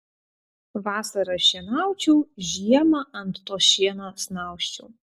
vasarą šienaučiau žiemą ant to šieno snausčiau